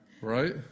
Right